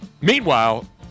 Meanwhile